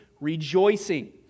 rejoicing